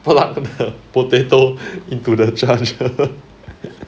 plug the potato into the charger